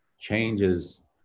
changes